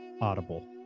Audible